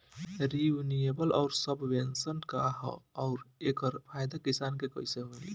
Renewable आउर subvention का ह आउर एकर फायदा किसान के कइसे मिली?